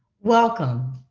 welcome.